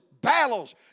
battles